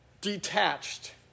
detached